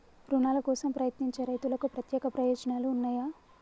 రుణాల కోసం ప్రయత్నించే రైతులకు ప్రత్యేక ప్రయోజనాలు ఉన్నయా?